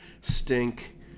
Stink